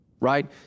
Right